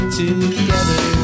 together